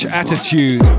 attitude